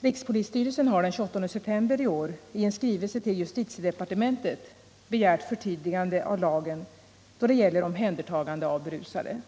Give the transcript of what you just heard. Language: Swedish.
Rikspolisstyrelsen har den 28 september i år i en skrivelse till justitiedepartementet begärt förtydligande av lagen då det gäller omhändertagandet av berusade.